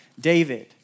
David